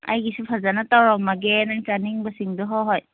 ꯑꯩꯒꯤꯁꯨ ꯐꯖꯟꯅ ꯇꯧꯔꯝꯃꯒꯦ ꯅꯪ ꯆꯥꯅꯤꯡꯕꯁꯤꯡꯗꯣ ꯍꯣꯏ ꯍꯣꯏ